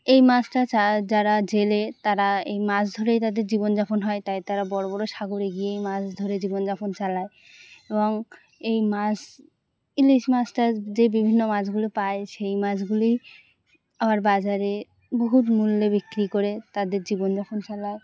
এই মাছটা যারা জেলে তারা এই মাছ ধরেই তাদের জীবন যাপন হয় তাই তারা বড় বড় সাগরে গিয়ে এই মাছ ধরে জীবন যাপন চালায় এবং এই মাছ ইলিশ মাছ টাছ যে বিভিন্ন মাছগুলো পায় সেই মাছগুলি আবার বাজারে বহুত মূল্যে বিক্রি করে তাদের জীবন যাপন চালায়